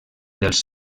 dels